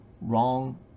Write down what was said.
Wrong